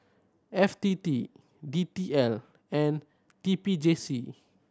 F T T D T L and T P J C